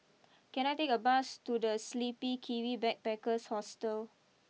can I take a bus to the Sleepy Kiwi Backpackers Hostel